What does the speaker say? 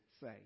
say